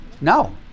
No